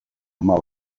ama